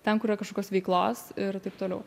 ten kur yra kažkokios veiklos ir taip toliau